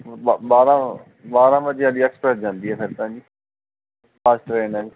ਬ ਬਾਰ੍ਹਾਂ ਬਾਰ੍ਹਾਂ ਵਜੇ ਵਾਲੀ ਐਕਸਪ੍ਰੈੱਸ ਜਾਂਦੀ ਹੈ ਫੇਰ ਤਾਂ ਜੀ ਫਾਸਟ ਟ੍ਰੇਨ ਹੈ